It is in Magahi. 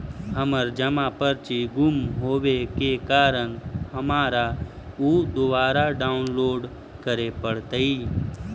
हमर जमा पर्ची गुम होवे के कारण हमारा ऊ दुबारा डाउनलोड करे पड़तई